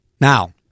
Now